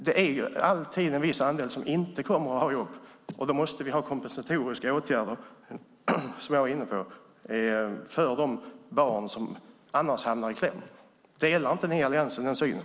Det finns dock alltid en andel som inte kommer att ha jobb, och då måste vi ha kompensatoriska åtgärder för de barn som annars hamnar i kläm. Delar Alliansen inte den synen?